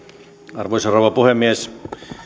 arvoisa rouva puhemies